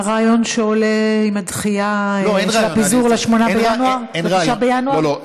הרעיון שעולה עם הדחייה, לא, אין רעיון.